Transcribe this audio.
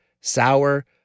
sour